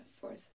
fourth